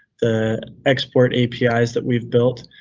the export apis that we've built,